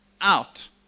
out